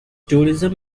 tourism